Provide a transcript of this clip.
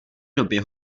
době